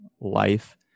life